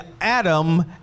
Adam